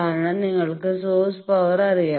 കാരണം നിങ്ങൾക്ക് source power അറിയാം